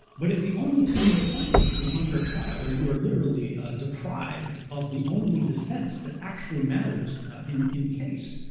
but if the only tune they're playing is an unfair trial where you are literally deprived of the only defense that actually matters in in the case,